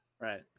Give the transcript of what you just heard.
right